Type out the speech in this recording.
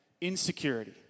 Insecurity